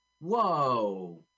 whoa